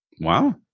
Wow